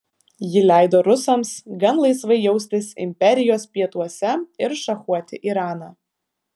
ji leido rusams gan laisvai jaustis imperijos pietuose ir šachuoti iraną